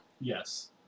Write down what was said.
Yes